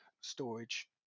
storage